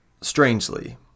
strangely